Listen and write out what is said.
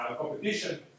competition